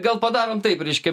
gal padarom taip reiškia